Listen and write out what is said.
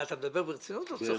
אתה מדבר ברצינות או בצחוק?